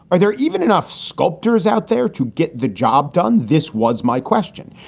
are there even enough sculptors out there to get the job done? this was my question.